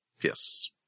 Yes